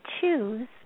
choose